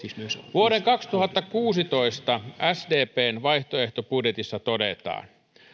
vuoden kaksituhattakuusitoista sdpn vaihtoehtobudjetissa todetaan